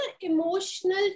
emotional